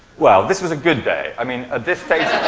well, this was a good day. i mean at this stage,